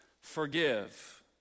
forgive